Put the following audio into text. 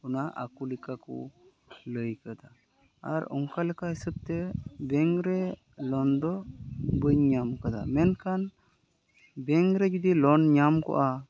ᱚᱱᱟ ᱟᱠᱚ ᱞᱮᱠᱟ ᱠᱚ ᱞᱟᱹᱭ ᱟᱠᱟᱫᱟ ᱟᱨ ᱚᱱᱠᱟ ᱞᱮᱠᱟ ᱦᱤᱥᱟᱹᱵ ᱛᱮ ᱵᱮᱝᱠ ᱨᱮ ᱞᱳᱱ ᱫᱚ ᱵᱟᱹᱧ ᱧᱟᱢ ᱟᱠᱟᱫᱟ ᱢᱮᱱᱠᱷᱟᱱ ᱵᱮᱝᱠ ᱨᱮ ᱡᱩᱫᱤ ᱞᱳᱱ ᱧᱟᱢ ᱠᱚᱜᱼᱟ